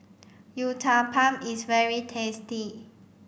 Uthapam is very tasty